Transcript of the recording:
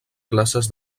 classes